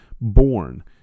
born